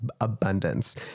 abundance